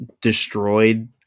destroyed